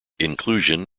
inclusion